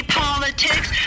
politics